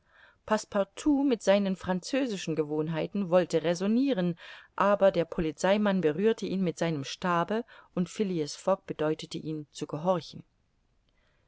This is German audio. passepartout mit seinen französischen gewohnheiten wollte räsonniren aber der polizeimann berührte ihn mit seinem stabe und phileas fogg bedeutete ihn zu gehorchen